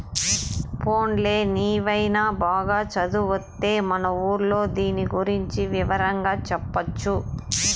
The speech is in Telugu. పోన్లే నీవైన బాగా చదివొత్తే మన ఊర్లో దీని గురించి వివరంగా చెప్పొచ్చు